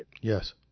Yes